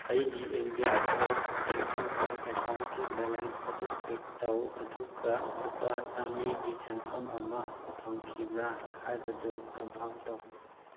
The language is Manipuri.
ꯑꯩꯒꯤ ꯑꯦꯟꯗꯤꯌꯥ ꯄꯣꯁ ꯄꯦꯃꯦꯟ ꯕꯦꯡ ꯑꯦꯀꯥꯎꯟꯒꯤ ꯕꯦꯂꯦꯟꯁ ꯑꯗꯨ ꯆꯦꯛ ꯇꯧ ꯑꯗꯨꯒ ꯂꯨꯄꯥ ꯆꯃꯔꯤꯒꯤ ꯁꯦꯟꯐꯝ ꯑꯃ ꯐꯪꯈꯤꯕ꯭ꯔꯥ ꯍꯥꯏꯕꯗꯨ ꯀꯝꯐꯥꯝ ꯇꯧ